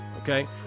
Okay